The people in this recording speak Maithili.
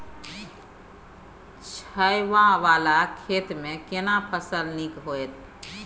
छै ॉंव वाला खेत में केना फसल नीक होयत?